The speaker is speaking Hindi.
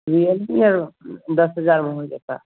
रियलमी है दस हज़ार में हो जाता